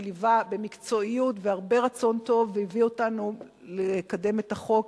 שליווה במקצועיות ובהרבה רצון טוב והביא אותנו לקדם את החוק,